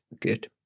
good